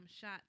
shot